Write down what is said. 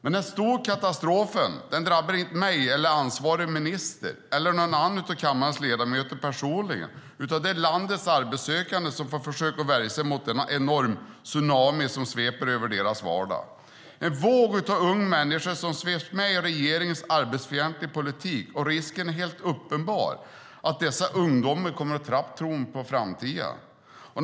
Men den stora katastrofen drabbar inte mig, ansvarig minister eller någon annan av kammarens ledamöter personligen, utan det är landets arbetssökande som får försöka värja sig mot denna enorma tsunami som sveper över deras vardag, en våg av unga människor som sveps med i regeringens arbetsfientliga politik. Risken är helt uppenbar att dessa ungdomar kommer att tappa tron på framtiden.